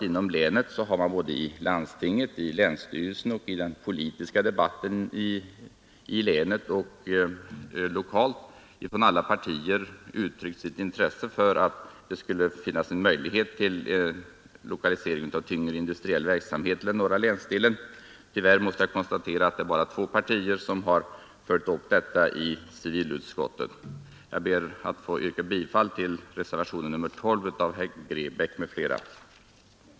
Inom både landstinget och länsstyrelsen och i den politiska debatten i länet och lokalt har alla partier uttryckt intresse för att tyngre industriell verksamhet lokaliseras till den norra länsdelen. Tyvärr måste jag konstatera att bara två partier har fört upp detta i civilutskottet. Jag ber att få yrka bifall till reservationen 12 av herr Grebäck m.fl.